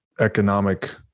economic